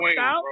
Out